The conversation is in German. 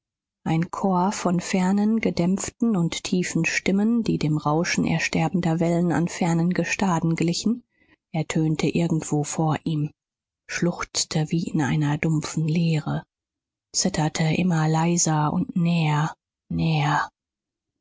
ein chor von fernen gedämpften und tiefen stimmen die dem rauschen ersterbender wellen an fernen gestaden glichen ertönte irgendwo vor ihm schluchzte wie in einer dumpfen leere zitterte immer leiser und näher näher